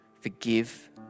forgive